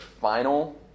final